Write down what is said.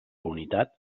unitat